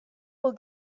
will